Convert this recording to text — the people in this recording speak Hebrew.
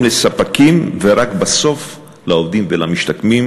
לספקים ורק בסוף לעובדים ולמשתקמים,